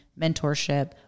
mentorship